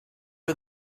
her